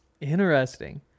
Interesting